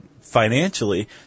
financially